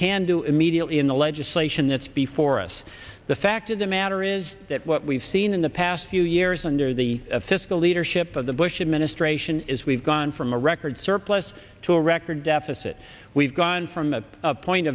can do immediately in the legislation that's before us the fact of the matter is that what we've seen in the past few years under the fiscal leadership of the bush administration is we've gone from a record surplus to a record deficit we've gone from a point